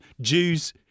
Jews